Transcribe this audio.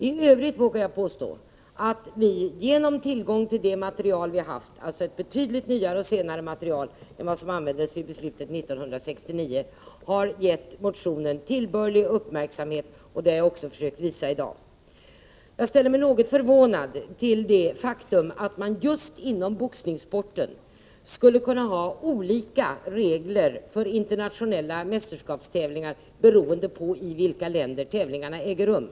I övrigt vågar jag påstå att vi, med tillgång till ett betydligt nyare material än vad som användes vid beslutet 1969, har gett motionen tillbörlig uppmärksamhet. Det har jag också försökt visa i dag. Jag är något förvånad över inställningen att att man just inom boxningssporten skulle kunna ha olika regler för internationella mästerskapstävlingar beroende på i vilka länder tävlingarna äger rum.